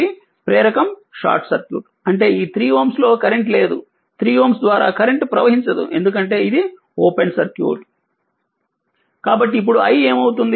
కాబట్టి ప్రేరకం short circuit అంటే ఈ 3Ω లో కరెంట్ లేదు 3Ω ద్వారా కరెంట్ ప్రవహించదు ఎందుకంటే ఇది ఓపెన్ సర్క్యూట్ కాబట్టి ఇప్పుడు i ఏమవుతుంది